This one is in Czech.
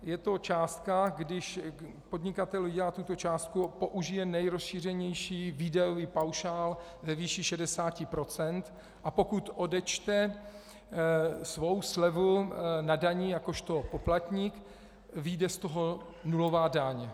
Je to částka, když podnikatel vydělá tuto částku, použije nerozšířenější výdajový paušál ve výši 60 %, a pokud odečte svou slevu na dani jakožto poplatník, vyjde z toho nulová daň.